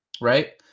right